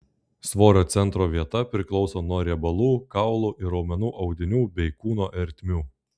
svorio centro vieta priklauso nuo riebalų kaulų ir raumenų audinių bei kūno ertmių